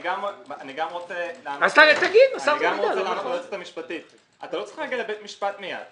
אני גם רוצה לומר ליועצת המשפטית: אתה לא צריך להגיע לבית משפט מיד.